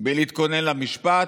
בלהתכונן למשפט,